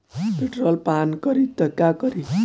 Petrol पान करी त का करी?